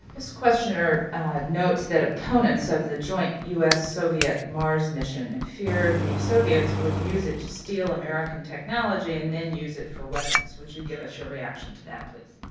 this questioner notes that opponents of the joint us-soviet mars mission fear the soviets would use it to steal american technology and then use it for weapons. would you give us your reaction to that please?